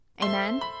Amen